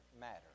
matter